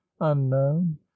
unknown